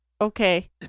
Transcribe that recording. Okay